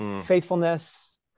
faithfulness